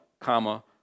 comma